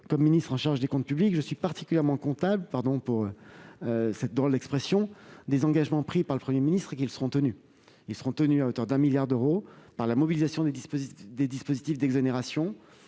comme ministre en charge des comptes publics, je suis particulièrement « comptable », si vous me permettez l'expression, des engagements pris par le Premier ministre, et que ceux-ci seront tenus. Ils le seront à hauteur de 1 milliard d'euros, grâce à la mobilisation du dispositif d'exonérations,